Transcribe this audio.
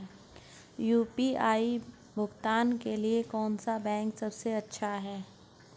UPI भुगतान के लिए कौन सा बैंक सबसे अच्छा है?